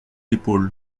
épaules